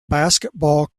basketball